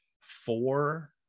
four